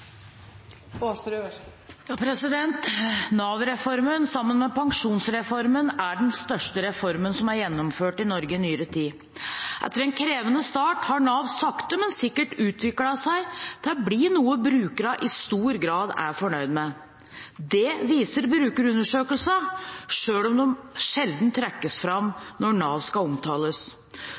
største reformen som er gjennomført i Norge i nyere tid. Etter en krevende start har Nav sakte, men sikkert utviklet seg til å bli noe brukerne i stor grad er fornøyd med. Det viser brukerundersøkelser, selv om de sjelden trekkes fram når Nav skal omtales.